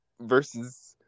versus